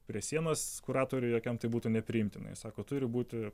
prie sienos kuratoriui jokiam tai būtų nepriimtina ir sako turi būti